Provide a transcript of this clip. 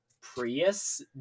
Prius